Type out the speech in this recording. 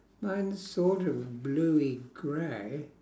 mine's sort of bluey grey